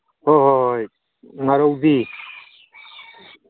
ꯍꯣꯏ ꯍꯣꯏ ꯍꯣꯏ ꯉꯥꯔꯧꯗꯤ